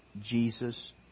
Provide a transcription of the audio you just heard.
Jesus